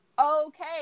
Okay